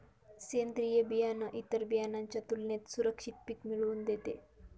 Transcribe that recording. सेंद्रीय बियाणं इतर बियाणांच्या तुलनेने सुरक्षित पिक मिळवून देते